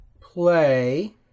play